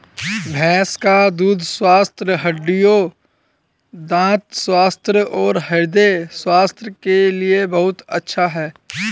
भैंस का दूध स्वस्थ हड्डियों, दंत स्वास्थ्य और हृदय स्वास्थ्य के लिए बहुत अच्छा है